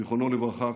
זיכרונו לברכה,